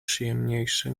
przyjemniejsze